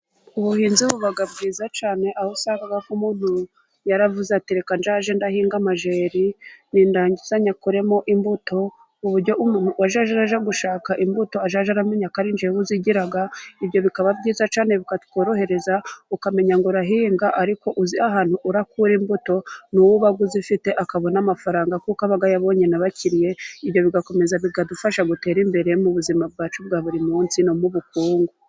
Ubuhinzi buba bwiza cyane, aho usanga umuntu yaravuze ati reka nzajye ndahinga amajeri, nidangiza nyakuremo imbuto uwajye aje gushaka imbuto, azajye aramenya ko nyagiraga. Ibyo bikaba byiza cyane bitworohereza kumenya ngo urahinga, ariko uzi ahantu urakura imbuto n'uba azifite akabona amafaranga, kuko abona ababakiriye ibyo bigakomeza bikadufasha gutera imbere mu buzima bwacu bwa buri munsi no mu bukungu.